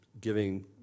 giving